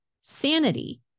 Sanity